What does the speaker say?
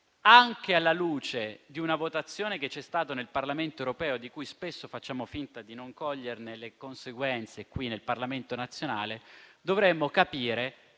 Anche alla luce di una votazione che c'è stata nel Parlamento europeo e di cui spesso facciamo finta di non cogliere le conseguenze qui nel Parlamento nazionale, credo che